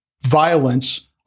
violence